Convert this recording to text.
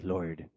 Lord